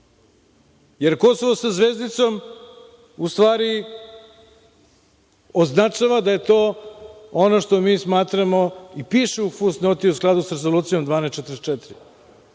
pričate? Kosovo sa zvezdicom u stvari označava da je to ono što mi smatramo i piše u fus noti – u skladu sa Rezolucijom 1244.